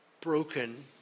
broken